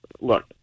look